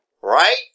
Right